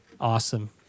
awesome